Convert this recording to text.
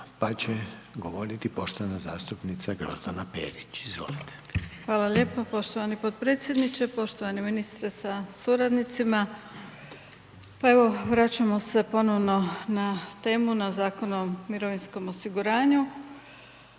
pa će govoriti poštovana zastupnica Grozdana Perić. Izvolite. **Perić, Grozdana (HDZ)** Hvala lijepo poštovani potpredsjedniče. Poštovani ministre sa suradnicima. Pa evo vraćamo se ponovno na temu na Zakon o mirovinskom osiguranju,